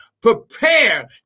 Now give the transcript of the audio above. Prepare